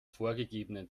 vorgegebenen